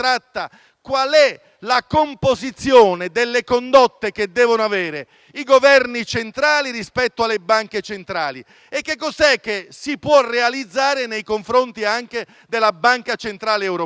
siano la composizione le condotte che devono avere i Governi centrali rispetto alle banche centrali e cosa si possa realizzare nei confronti anche della Banca centrale europea.